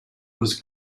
was